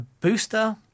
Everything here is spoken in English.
booster